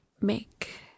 make